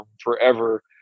forever